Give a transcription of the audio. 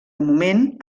moment